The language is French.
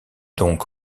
donc